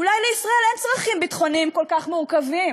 אולי לישראל אין צרכים ביטחוניים כל כך מורכבים,